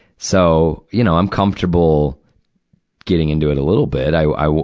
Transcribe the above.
so, you know, i'm comfortable getting into it a little bit. i we, i we,